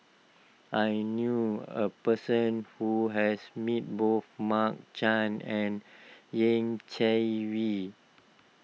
I knew a person who has met both Mark Chan and Yeh Chi Wei